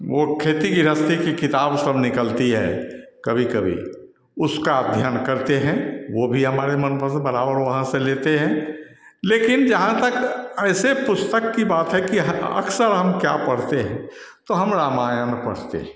वो खेती गृहस्ती की किताब उस पर निकलती है कभी कभी उसका अध्ययन करते हैं वो भी हमारे मन पसंद बराबर वहाँ से लेते हैं लेकिन जहाँ तक ऐसे पुस्तक की बात है कि अक्सर हम क्या पढ़ते हैं तो हम रामायण पढ़ते हैं